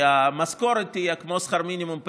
כי המשכורת תהיה כמו שכר מינימום,